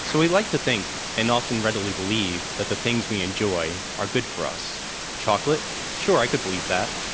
so we like to think and often readily believe that the things we enjoy are good for us chocolate. sure, i could believe that.